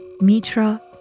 Mitra